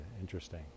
interesting